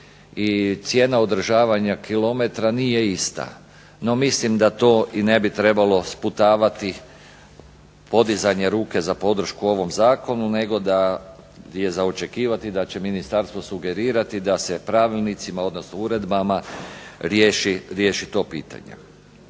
i cijena održavanja kilometra nije ista. No mislim da to i ne bi trebalo sputavati podizanje ruke za podršku ovom zakonu nego da je za očekivati da će ministarstvo sugerirati da se pravilnicima odnosno uredbama riješi to pitanje.